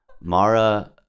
Mara